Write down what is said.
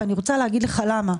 ואני רוצה לומר לך למה,